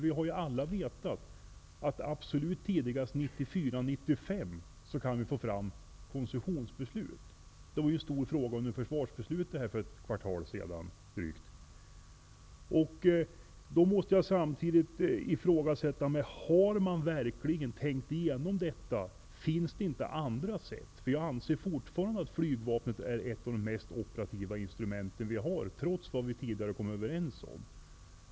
Vi vet ju alla att vi kan få fram koncessionsbeslut absolut tidigast 1994/95. Detta var ju en stor fråga i samband med försvarsbeslutet för drygt ett kvartal sedan. Samtidigt frågar jag mig: Har man verkligen tänkt igenom detta? Finns det inte andra sätt? Jag anser nämligen fortfarande att flygvapnet är ett av de mest operativa instrument vi har, trots vad vi tidigare har kommit överens om.